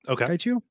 Okay